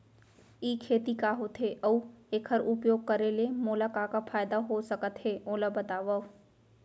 ई खेती का होथे, अऊ एखर उपयोग करे ले मोला का का फायदा हो सकत हे ओला बतावव?